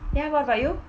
ya what about you